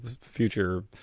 future